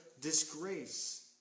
disgrace